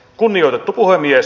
kunnioitettu puhemies